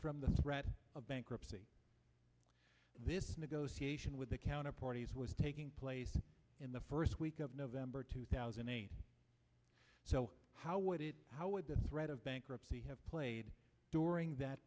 from the threat of bankruptcy this negotiation with the counter parties was taking place in the first week of november two thousand and eight so how would it how would the threat of bankruptcy have played during that